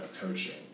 coaching